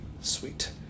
Sweet